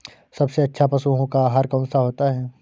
सबसे अच्छा पशुओं का आहार कौन सा होता है?